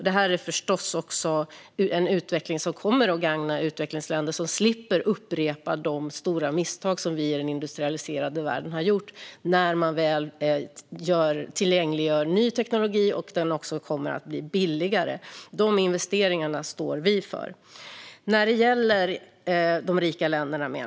Det är förstås en utveckling som kommer att gagna även utvecklingsländer - när man väl tillgängliggör ny teknologi slipper de upprepa de stora misstag vi i den industrialiserade världen har gjort, och teknologin kommer att bli billigare. De investeringarna står de rika länderna för.